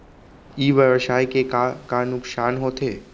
ई व्यवसाय के का का नुक़सान होथे?